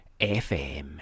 FM